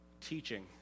teaching